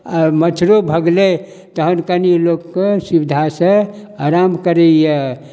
आओर मच्छरो भगलै तहन कनि लोकके सुविधासँ आराम करैय